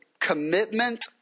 commitment